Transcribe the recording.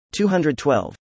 212